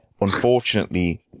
unfortunately